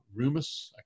rumus